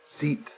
Seat